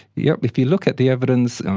yes, if you look at the evidence,